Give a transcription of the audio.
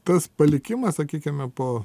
tas palikimas sakykime po